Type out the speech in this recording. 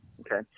Okay